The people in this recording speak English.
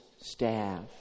staff